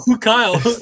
Kyle